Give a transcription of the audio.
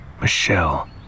Michelle